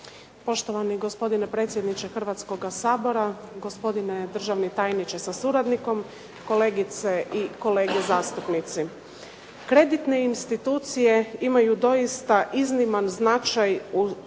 Poštovani gospodine predsjedniče Hrvatskoga sabora, gospodine državni tajniče sa suradnikom, kolegice i kolege zastupnici. Kreditne institucije imaju doista izniman značaj na